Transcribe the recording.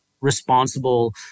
responsible